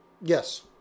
Yes